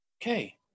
Okay